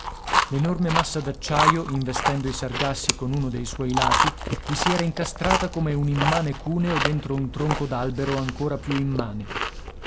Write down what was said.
l'enorme massa d'acciaio investendo i sargassi con uno dei suoi lati vi si era incastrata come un immane cuneo dentro un tronco d'albero ancora più immane